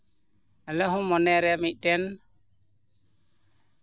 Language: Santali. ᱟᱞᱮ ᱦᱚᱸ ᱢᱚᱱᱮ ᱨᱮ ᱢᱤᱫᱴᱮᱱ